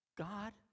God